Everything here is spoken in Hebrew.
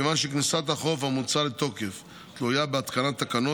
מכיוון שכניסת התיקון המוצע לתוקף תלויה בהתקנת תקנות,